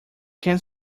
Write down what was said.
can